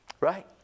Right